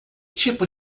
tipo